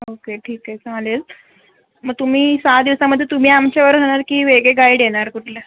okay ठीक आहे चालेल मग तुम्ही सहा दिवसामध्ये तुम्ही आमच्या बरोबर राहणार की वेगळे गाईड येणार कुठले